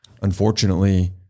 unfortunately